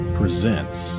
presents